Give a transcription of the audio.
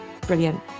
Brilliant